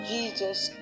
Jesus